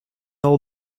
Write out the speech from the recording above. all